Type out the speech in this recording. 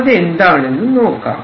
അതെന്താണെന്നു നോക്കാം